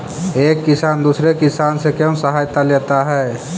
एक किसान दूसरे किसान से क्यों सहायता लेता है?